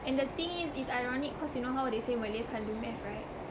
and the thing is it's ironic cause you know how they say malays can't do math right